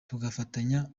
tugafatanya